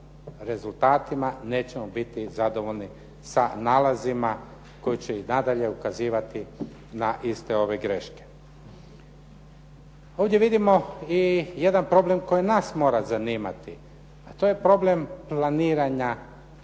rezultatima, nećemo biti zadovoljni sa nalazima koji će i nadalje ukazivati na iste ove greške. Ovdje vidimo i jedan problem koji nas mora zanimati, a to je problem planiranja